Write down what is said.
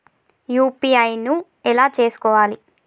UPI ను ఎలా చేస్కోవాలి?